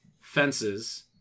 Fences